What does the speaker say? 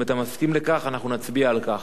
אם אתה מסכים לכך, אנחנו נצביע על כך.